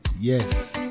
yes